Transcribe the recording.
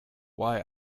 why